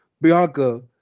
Bianca